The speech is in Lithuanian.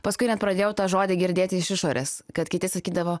paskui net pradėjau tą žodį girdėti iš išorės kad kiti sakydavo